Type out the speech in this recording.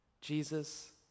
Jesus